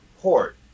port